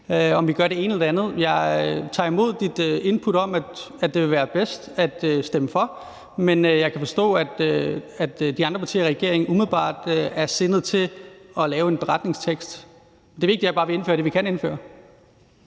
om vi gør det ene eller det andet. Jeg tager imod dit input om, at det ville være bedst at stemme for, men jeg kan forstå, at de andre partier i regeringen umiddelbart er sindet til at lave en beretningstekst. Det vigtige er bare, at vi indfører det, vi kan indføre.